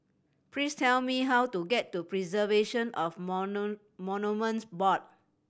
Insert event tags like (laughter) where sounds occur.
please tell me how to get to Preservation of (unintelligible) Monuments Board